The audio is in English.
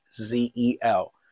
z-e-l